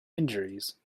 injuries